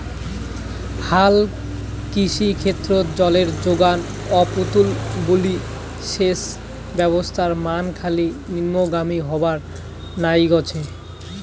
হালকৃষি ক্ষেত্রত জলের জোগান অপ্রতুল বুলি সেচ ব্যবস্থার মান খালি নিম্নগামী হবার নাইগছে